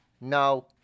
No